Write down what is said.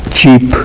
cheap